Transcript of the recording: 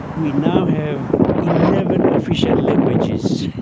we now have eleven official languages,